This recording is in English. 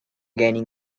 gaining